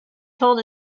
told